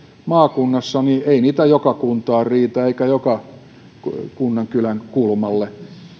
maakunnassa ei joka kuntaan riitä eikä joka kunnan kylän kulmalle